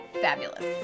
fabulous